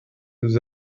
nous